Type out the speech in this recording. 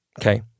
okay